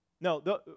No